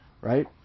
right